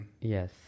yes